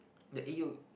the egg yolk